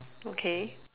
okay